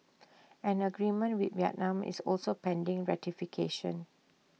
an agreement with Vietnam is also pending ratification